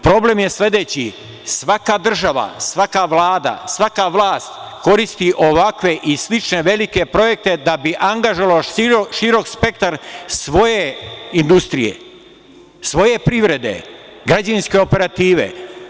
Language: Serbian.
Problem je sledeći, svaka država, svaka Vlada, svaka vlast koristi ovakve i slične velike projekte da bi angažovala široki spektar svoje industrije, svoje privrede, građevinske operative.